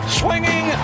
swinging